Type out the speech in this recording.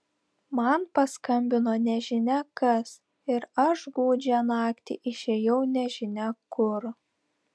man paskambino nežinia kas ir aš gūdžią naktį išėjau nežinia kur